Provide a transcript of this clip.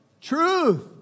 truth